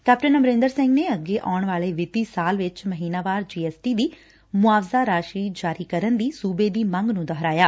captain Amarinder Singh ਨੇ ਅੱਗੇ ਆਉਣ ਵਾਲੇ ਵਿੱਤੀ ਸਾਲ ਵਿੱਚ ਮਹੀਨਾਵਾਰ ਜੀਐਸਟੀ ਦੀ ਮੁਆਵਜ਼ਾ ਰਾਸ਼ੀ ਜਾਰੀ ਕਰਨ ਦੀ ਸੁਬੇ ਦੀ ਮੰਗ ਨੂੰ ਦੁਹਰਾਇਆ